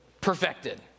perfected